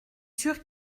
sûr